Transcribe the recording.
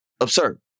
absurd